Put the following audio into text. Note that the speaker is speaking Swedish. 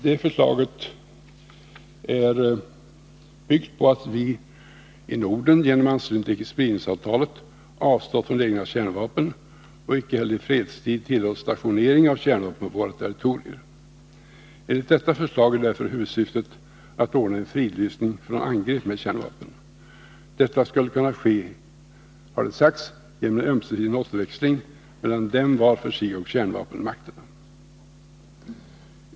Det förslaget är byggt på att vi i Norden genom anslutning till icke-spridningsavtalet avstått från egna kärnvapen och icke heller i fredstid tillåter stationering av kärnvapen på våra territorier. Enligt detta förslag är därför huvudsyftet att ordna en fridlysning från angrepp med kärnvapen. Detta skulle kunna ske, har det sagts, genom ömsesidig notväxling mellan nordiska länder vart för sig och kärnvapenmakterna.